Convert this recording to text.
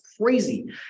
crazy